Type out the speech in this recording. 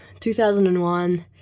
2001